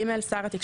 (ג) שר התקשורת,